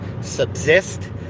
subsist